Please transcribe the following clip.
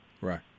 Right